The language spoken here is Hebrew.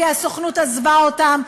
כי הסוכנות עזבה אותם,